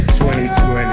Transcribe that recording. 2020